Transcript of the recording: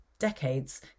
decades